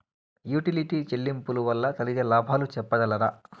Utility చెల్లింపులు వల్ల కలిగే లాభాలు సెప్పగలరా?